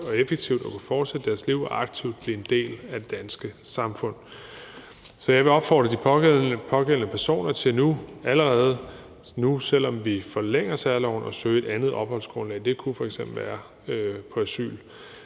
og effektivt at kunne fortsætte deres liv og aktivt blive en del af det danske samfund. Så jeg vil opfordre de pågældende personer til allerede nu, selv om vi forlænger særloven, at søge et andet opholdsgrundlag. Det kunne f.eks. være asyl.